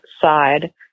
side